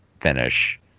finish